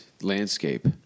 landscape